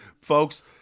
Folks